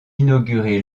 inauguré